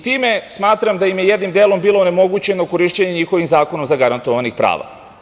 Time smatram da im je jednim delom bilo onemogućeno korišćenje njihovih, zakonom zagarantovanih, prava.